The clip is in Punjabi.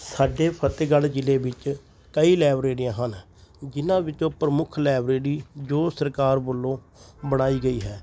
ਸਾਡੇ ਫਤਿਹਗੜ੍ਹ ਜ਼ਿਲ੍ਹੇ ਵਿੱਚ ਕਈ ਲਾਇਬ੍ਰੇਰੀਆਂ ਹਨ ਜਿਨ੍ਹਾਂ ਵਿੱਚੋਂ ਪ੍ਰਮੁੱਖ ਲਾਇਬ੍ਰੇਰੀ ਜੋ ਸਰਕਾਰ ਵੱਲੋਂ ਬਣਾਈ ਗਈ ਹੈ